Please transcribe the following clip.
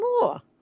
more